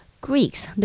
Greeks